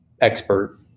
expert